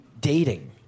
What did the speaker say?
dating